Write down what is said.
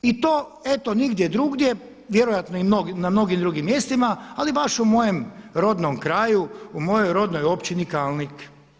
I to eto nigdje drugdje, vjerojatno i na mnogim drugim mjestima, ali baš u mojem rodnom kraju u mojoj rodnoj općini Kalnik.